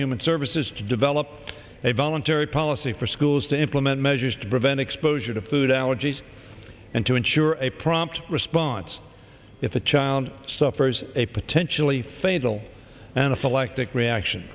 human services to develop a voluntary policy for schools to implement measures to prevent exposure to food allergies and to ensure a prompt response if the child suffers a potentially fatal and electric reaction